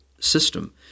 system